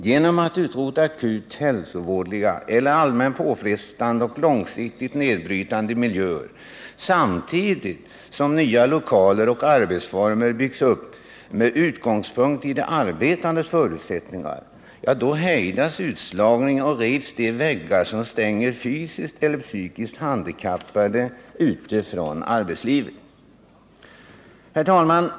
Genom att utrota akut hälsovådliga eller allmänt påfrestande och långsiktigt nedbrytande miljöer, samtidigt som nya arbetslokaler och arbetsformer byggs upp med utgångspunkt i de arbetandes förutsättningar, hejdas utslagningen och rivs de väggar som stänger fysiskt eller psykiskt handikappade ute från arbetslivet. Herr talman!